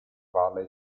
valley